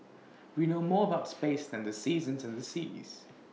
we know more about space than the seasons and the seas